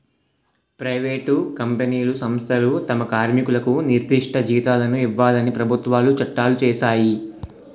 private కంపెనీలు సంస్థలు తమ కార్మికులకు నిర్దిష్ట జీతాలను ఇవ్వాలని ప్రభుత్వాలు చట్టాలు చేశాయి